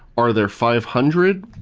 are there five hundred?